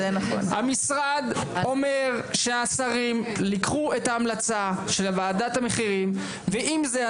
המשרד אומר שהשרים ייקחו את ההמלצה של וועדת המחירים ועם זה,